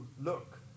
look